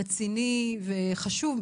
רציני וחשוב,